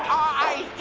i